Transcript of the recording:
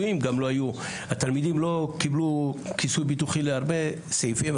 והתלמידים לא קיבלו כיסוי ביטוחי להרבה סעיפים.